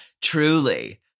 Truly